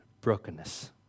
brokenness